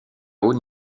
haut